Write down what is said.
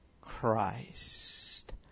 Christ